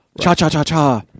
cha-cha-cha-cha